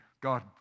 God